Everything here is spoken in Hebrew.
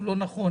לא נכון,